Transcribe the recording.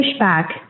pushback